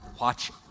watch